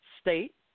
state